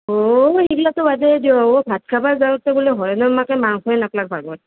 অঁ সেইগ্ললা চব আছেই দিয়ক অঁ ভাত খাব যাওঁতে হৰেণৰ মাকে বোলে মাংসই নাপলাক ভাগত